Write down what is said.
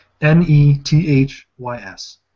N-E-T-H-Y-S